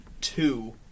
two